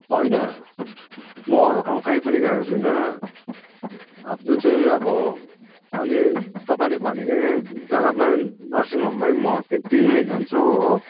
होइन म अरू ठाउँ कहीँ पनि गएको छुइनँ अब जुन चाहिँ अब अहिले तपाईँले भनेकै जग्गामा नर्सिङ होममै म त्यहीँनिर जान्छु हो